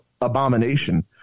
abomination